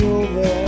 over